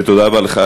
ותודה רבה לך,